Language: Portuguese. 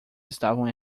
estavam